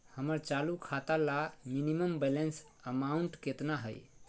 हमर चालू खाता ला मिनिमम बैलेंस अमाउंट केतना हइ?